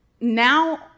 now